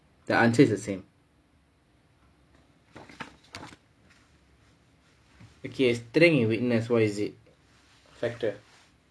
the answer is the same okay strength and witness what is it factor